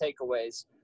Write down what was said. takeaways